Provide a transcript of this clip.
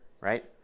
right